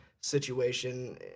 situation